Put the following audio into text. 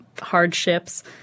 hardships